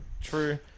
True